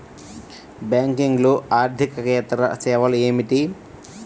బ్యాంకింగ్లో అర్దికేతర సేవలు ఏమిటీ?